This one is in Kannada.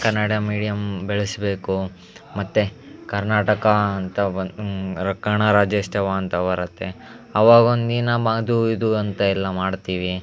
ಕನ್ನಡ ಮೀಡಿಯಮ್ ಬೆಳಸಬೇಕು ಮತ್ತು ಕರ್ನಾಟಕ ಅಂತ ಬಂದ ರಕ್ಕಣ ರಾಜ್ಯೋತ್ಸವ ಅಂತ ಬರುತ್ತೆ ಅವಾಗ ಒಂದಿನ ಮಾ ಅದೂ ಇದೂ ಅಂತ ಎಲ್ಲ ಮಾಡ್ತೀವಿ